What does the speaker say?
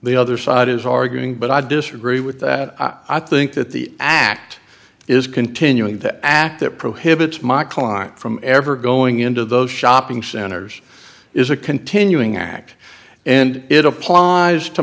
the other side is arguing but i disagree with that i think that the act is continuing to act that prohibits my client from ever going into those shopping centers is a continuing act and it applies to